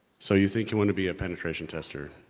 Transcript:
so you think you wanna be a penetration tester.